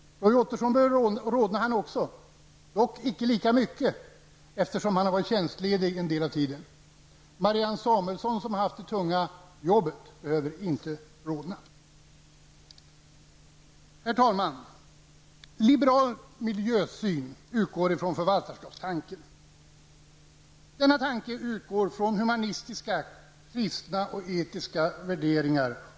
Också Roy Ottosson bör rodna, dock icke lika mycket som Åsa Domeij, eftersom han har varit tjänstledig en del av tiden. Marianne Samuelsson som har gjort det tunga jobbet behöver inte rodna. Herr talman! Liberal miljösyn utgår ifrån förvaltarskapstanken. Denna tanke utgår ifrån kristna och humanistiska etiska värderingar.